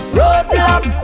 roadblock